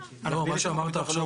לא, דיברת על סיעודי.